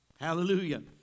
Hallelujah